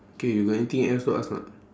K you got anything else to ask not